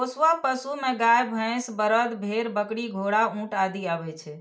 पोसुआ पशु मे गाय, भैंस, बरद, भेड़, बकरी, घोड़ा, ऊंट आदि आबै छै